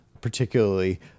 particularly